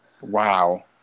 wow